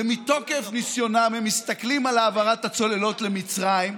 ומתוקף ניסיונם הם מסתכלים על העברת הצוללות למצרים,